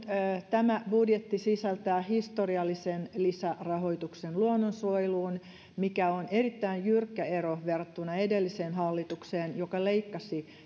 tämä budjetti sisältää historiallisen lisärahoituksen luonnonsuojeluun mikä on erittäin jyrkkä ero verrattuna edelliseen hallitukseen joka leikkasi